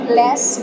less